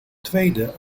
tweede